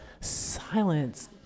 silence